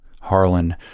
Harlan